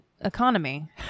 economy